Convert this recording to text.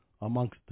amongst